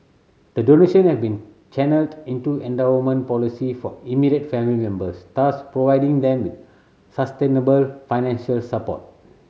the donation have been channelled into endowment policy for immediate family members thus providing them with sustainable financial support